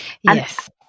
Yes